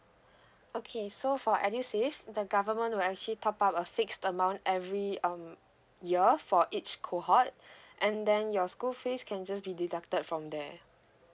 okay so for edusave the government will actually top up a fixed amount every um year for each cohort and then your school fees can just be deducted from there